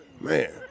Man